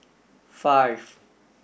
five